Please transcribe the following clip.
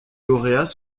lauréats